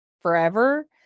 forever